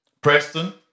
Preston